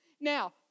Now